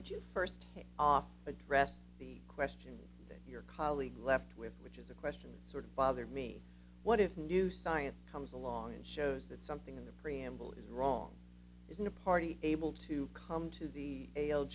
what you first addressed the question that your colleague left with which is a question sort of bothered me what if new science comes along and shows that something in the preamble is wrong isn't a party able to come to the